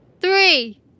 three